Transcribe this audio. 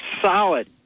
solid